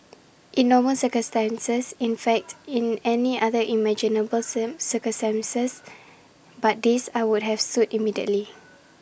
in normal circumstances in fact in any other imaginable sen circumstance but this I would have sued immediately